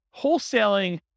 wholesaling